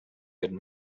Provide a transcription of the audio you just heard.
good